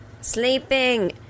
sleeping